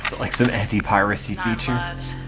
like some anti piracy feature